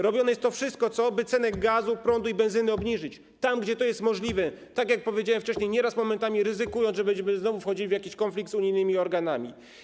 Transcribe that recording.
Robione jest to wszystko, by ceny gazu, prądu i benzyny obniżyć, tam gdzie jest to możliwe, tak jak powiedziałem wcześniej, nieraz, momentami ryzykując, że będziemy znowu wchodzili w jakiś konflikt z unijnymi organami.